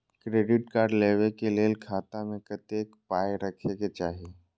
Credit card लेबै के लेल खाता मे कतेक पाय राखै के चाही?